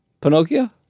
Pinocchio